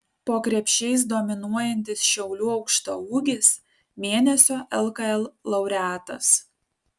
po krepšiais dominuojantis šiaulių aukštaūgis mėnesio lkl laureatas